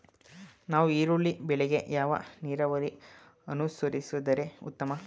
ನಾವು ಈರುಳ್ಳಿ ಬೆಳೆಗೆ ಯಾವ ನೀರಾವರಿ ಅನುಸರಿಸಿದರೆ ಉತ್ತಮ?